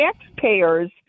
taxpayers